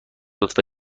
لطفا